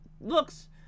looks